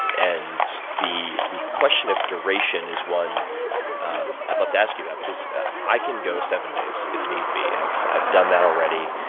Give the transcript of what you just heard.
and the the question of duration is one um i'd love to ask you about because i can go seven days if need be. i've i've done that already.